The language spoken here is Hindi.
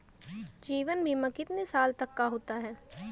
जीवन बीमा कितने साल तक का होता है?